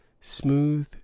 smooth